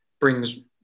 brings